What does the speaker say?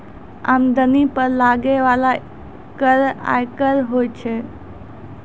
आमदनी पर लगै बाला कर आयकर होय छै